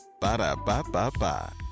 Ba-da-ba-ba-ba